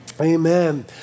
Amen